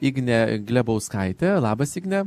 ignė glebauskaitė labas igne